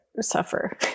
suffer